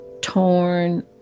torn